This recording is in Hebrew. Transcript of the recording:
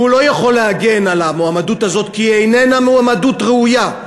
שהוא לא יכול להגן על המועמדות הזו כי היא איננה מועמדות ראויה,